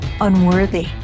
unworthy